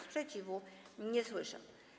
Sprzeciwu nie słyszę.